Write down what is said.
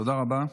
תודה רבה.